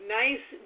nice